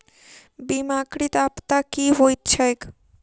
बीमाकृत आपदा की होइत छैक?